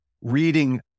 reading